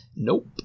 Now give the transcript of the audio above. Nope